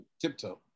Tiptoe